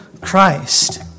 Christ